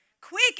quick